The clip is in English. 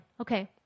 Okay